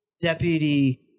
deputy